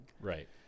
Right